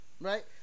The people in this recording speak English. right